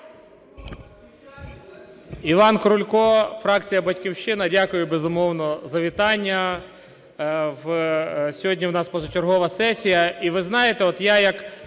Іван Крулько, фракція "Батьківщина". Дякую, безумовно, за вітання. Сьогодні у нас позачергова сесія,